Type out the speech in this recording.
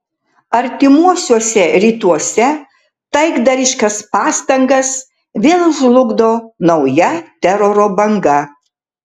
artimuosiuose rytuose taikdariškas pastangas vėl žlugdo nauja teroro banga